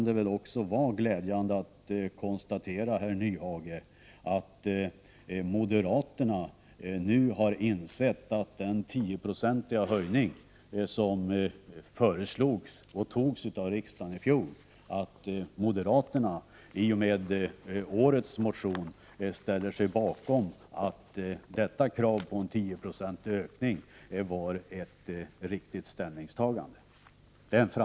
Det är glädjande att konstatera, herr Nyhage, att moderaterna nu har insett att den tioprocentiga höjning som föreslogs och beslutades av riksdagen i fjol var riktig. Det är en framgång att man gör det.